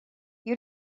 you